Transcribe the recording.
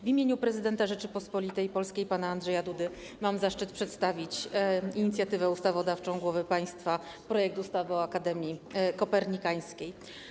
W imieniu prezydenta Rzeczypospolitej Polskiej pana Andrzeja Dudy mam zaszczyt przedstawić inicjatywę ustawodawczą głowy państwa - projekt ustawy o Akademii Kopernikańskiej.